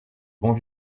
bon